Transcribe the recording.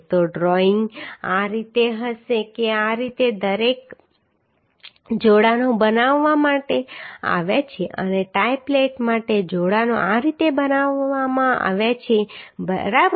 તો ડ્રોઈંગ આ રીતે હશે કે આ રીતે દરેક છેડે જોડાણો બનાવવામાં આવ્યા છે અને ટાઈ પ્લેટ માટે જોડાણો આ રીતે બનાવવામાં આવ્યા છે બરાબર